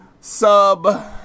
sub